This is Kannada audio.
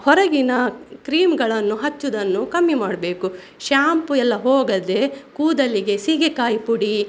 ಹೊರಗಿನ ಕ್ರೀಮ್ಗಳನ್ನು ಹಚ್ಚುವುದನ್ನು ಕಮ್ಮಿ ಮಾಡಬೇಕು ಶ್ಯಾಂಪೂ ಎಲ್ಲ ಹೋಗದೆ ಕೂದಲಿಗೆ ಸೀಗೆಕಾಯಿ ಪುಡಿ